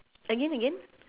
again again